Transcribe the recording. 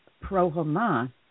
pro-Hamas